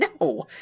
No